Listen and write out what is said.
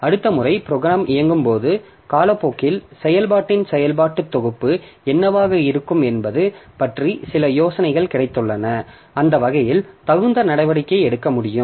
அடுத்த முறை ப்ரோக்ராம் இயங்கும்போது காலப்போக்கில் செயல்பாட்டின் செயல்பாட்டுத் தொகுப்பு என்னவாக இருக்கும் என்பது பற்றி சில யோசனைகள் கிடைத்துள்ளன அந்த வகையில் தகுந்த நடவடிக்கை எடுக்க முடியும்